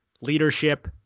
Leadership